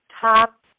top